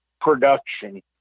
production